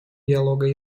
диалога